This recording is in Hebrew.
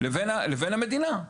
לבין המדינה.